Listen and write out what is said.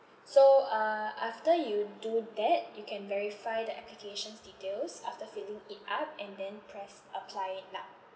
so uh after you do that you can verify the applications details after filling it up and then press apply now